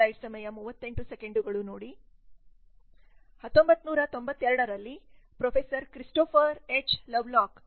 1992 ರಲ್ಲಿ professor Christopher H Lovelock Prof